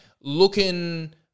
looking